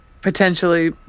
potentially